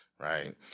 right